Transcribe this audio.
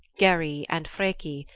geri and freki,